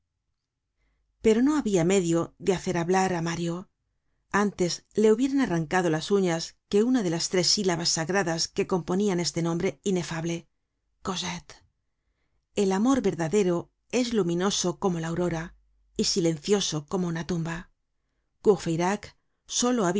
pero no habia medio de hacer hablar á mario antes le hubieran arrancado las uñas que una de las tres silabas sagradas que componian este nombre inefable cosette el amor verdadero es luminoso como la aurora y silencioso como una tumba courfeyrac solo